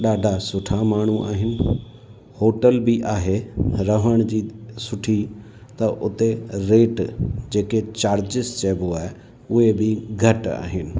ॾाढा सुठा माण्हू आहिनि होटल बि आहे रहण जी सुठी त उते रेट जंहिं खे चार्ज़िस चइबो आहे उहे बि घटि आहिनि